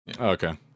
Okay